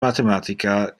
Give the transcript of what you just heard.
mathematica